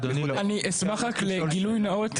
אני אשמח רק לגילוי נאות,